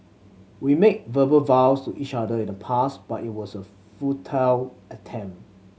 we made verbal vows to each other in the past but it was a futile attempt